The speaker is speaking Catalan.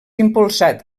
impulsat